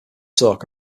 talk